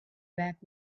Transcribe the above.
back